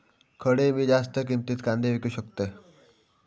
खडे मी जास्त किमतीत कांदे विकू शकतय?